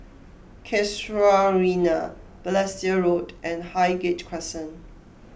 Casuarina Balestier Road and Highgate Crescent